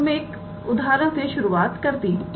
तो मैं एक उदाहरण से शुरुआत करती हूं